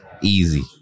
Easy